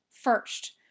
First